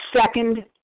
second